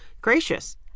gracious